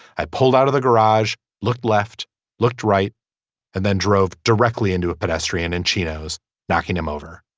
i pulled out of the garage looked left looked right and then drove directly into a pedestrian and chinos knocking him over.